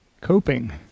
coping